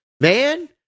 man